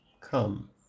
come